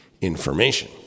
information